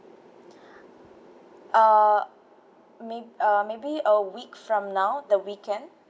uh may~ uh maybe a week from now the weekend